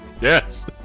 Yes